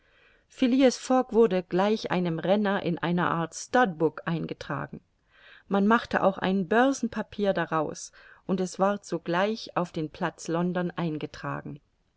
fogg wurde gleich einem renner in eine art studbook eingetragen man machte auch ein börsenpapier daraus und es ward sogleich auf den platz london eingetragen